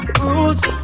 roots